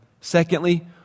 Secondly